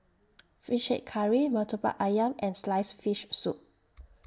Fish Head Curry Murtabak Ayam and Sliced Fish Soup